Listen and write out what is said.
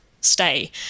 stay